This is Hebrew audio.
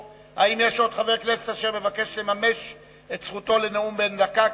האם יש עוד חבר כנסת אשר מבקש לממש את זכותו לנאום בן דקה?